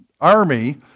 army